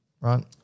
right